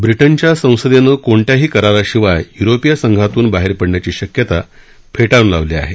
ब्रिटनच्या संसदेनं कोणत्याही कराराशिवाय युरोपीय संघातून बाहेर पडण्याची शक्यता फेटाळून लावली आहे